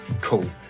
cool